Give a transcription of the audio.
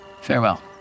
Farewell